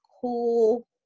cool